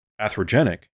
atherogenic